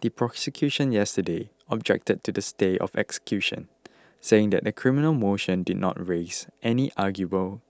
the prosecution yesterday objected to the stay of execution saying the criminal motion did not raise any arguable